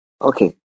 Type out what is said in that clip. okay